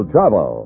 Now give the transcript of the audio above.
Travel